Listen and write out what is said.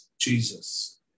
Jesus